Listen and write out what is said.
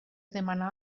demanar